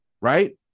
right